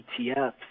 ETFs